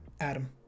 Adam